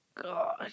God